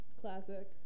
classic